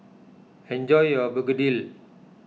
enjoy your Begedil